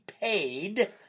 paid